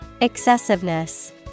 Excessiveness